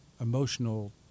emotional